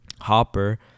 Hopper